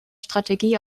strategie